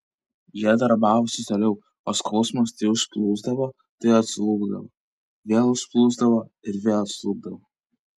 jie darbavosi toliau o skausmas tai užplūsdavo tai atslūgdavo vėl užplūsdavo ir vėl atslūgdavo